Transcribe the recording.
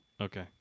Okay